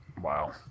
Wow